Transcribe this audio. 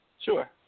Sure